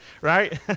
right